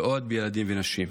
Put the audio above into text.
ועוד בילדים ונשים.